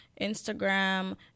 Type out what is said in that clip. instagram